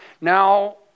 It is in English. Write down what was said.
Now